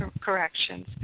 corrections